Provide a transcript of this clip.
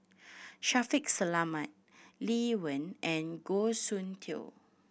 Shaffiq Selamat Lee Wen and Goh Soon Tioe